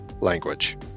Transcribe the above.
language